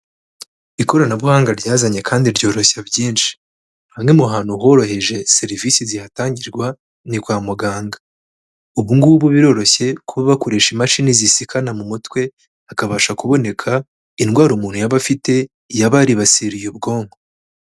Ikoranabuhanga ryazanye kandi ryoroshya byinshi, hamwe mu hantu boroheje serivisi zihatangirwa ni kwa muganga. Ubungubu biroroshye kuba bakoresha imashini zisikana mu mutwe hakabasha kuboneka indwara umuntu yaba afite, yaba yaribasiriye ubwonko.